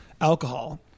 alcohol